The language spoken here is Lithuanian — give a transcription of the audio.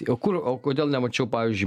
o kur o kodėl nemačiau pavyzdžiui